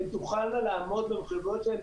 הן תוכלנה לעמוד במחויבויות האלה,